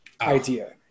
idea